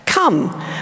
Come